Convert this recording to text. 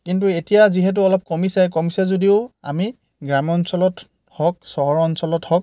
কিন্তু এতিয়া যিহেতু অলপ কমিছে কমিছে যদিও আমি গ্ৰাম্যঞ্চলত হওক চহৰ অঞ্চলত হওক